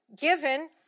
given